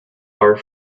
are